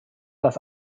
das